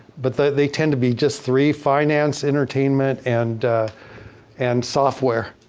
but they tend to be just three, finance, entertainment and and software.